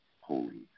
holy